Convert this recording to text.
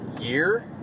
year